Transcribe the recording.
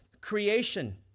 creation